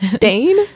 Dane